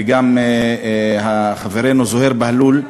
וגם חברנו זוהיר בהלול,